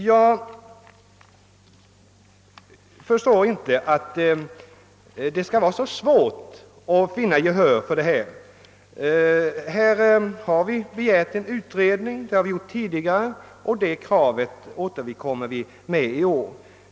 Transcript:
Jag förstår inte att det skall vara så svårt att få gehör för detta krav. Vi begär nu liksom tidigare en utredning.